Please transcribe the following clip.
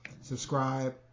subscribe